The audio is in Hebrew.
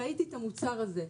ראיתי את המוצר הזה.